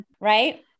right